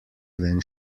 ven